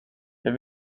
jag